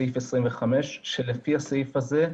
סעיף 25. לפי הסעיף הזה,